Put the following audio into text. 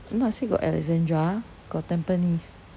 no I say got alexandra got tampines